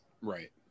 Right